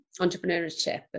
entrepreneurship